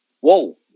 Whoa